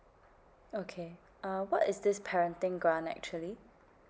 okay uh what is this parenting grant actually